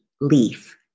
leaf